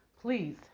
please